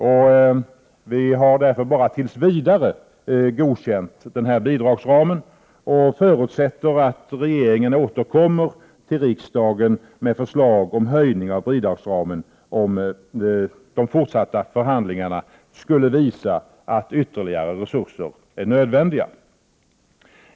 Därför har vi bara tills vidare godkänt bidragsramen och förutsätter att regeringen återkommer till riksdagen med förslag om höjning av bidragsramen, om de fortsatta förhandlingarna skulle visa att ytterligare resurser är nödvändiga.